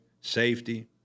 safety